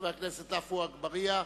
חבר הכנסת עפו אגבאריה,